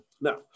Now